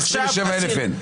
לא, ב-27,000 אין.